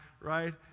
right